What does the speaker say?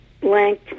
blank